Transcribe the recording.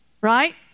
Right